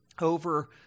over